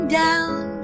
down